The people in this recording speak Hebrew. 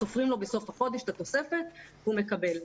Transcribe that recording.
סופרים לו בסוף החודש את התוספת והוא מקבל.